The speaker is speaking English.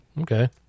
okay